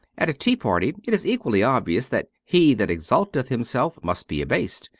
at a tea-party it is equally obvious that he that exalteth himself must be abased,